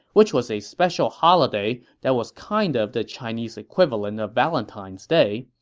which was a special holiday that was kind of the chinese equivalent of valentine's day.